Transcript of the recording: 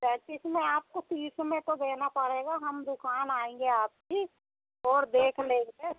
तैंतीस में आपको तीस में तो देना पड़ेगा हम दुकान आएँगे आपकी और देख लेंगे